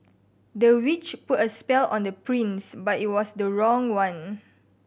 the witch put a spell on the prince but it was the wrong one